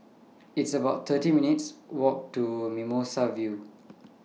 It's about thirty minutes' Walk to Mimosa View